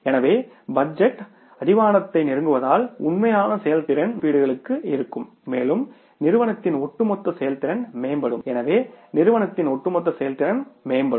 எனவே பட்ஜெட் அடிவானத்தை நெருங்குவதால் உண்மையான செயல்திறன் பட்ஜெட் மதிப்பீடுகளுக்கு இருக்கும் மேலும் நிறுவனத்தின் ஒட்டுமொத்த செயல்திறன் மேம்படும்